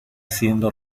siendo